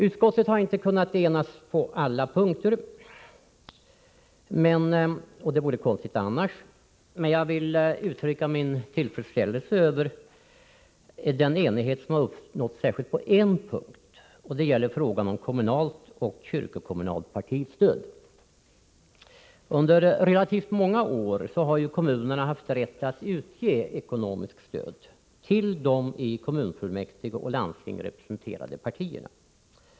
Utskottet har inte kunnat enas på alla punkter — något sådant hade varit konstigt. Jag vill emellertid uttrycka min tillfredsställelse över den enighet som uppnåtts särskilt på en punkt. Det gäller frågan om kommunalt och kyrkokommunalt partistöd. Under relativt många år har kommunerna haft rätt att ge ekonomiskt stöd till de i kommunfullmäktige och landsting representerade partierna.